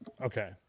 Okay